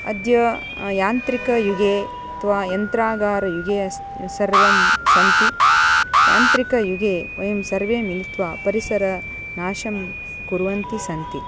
अद्य यान्त्रिकयुगे अथवा यन्त्रागारयुगे अस्ति सर्वं सन्ति यान्त्रिकयुगे वयं सर्वे मिलित्वा परिसरनाशं कुर्वन्तः सन्ति